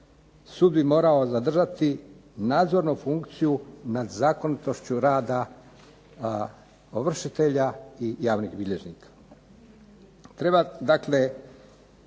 Sud bi morao zadržati nadzornu funkciju nad zakonitošću rada ovršitelja i javnih bilježnika.